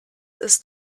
ist